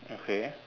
okay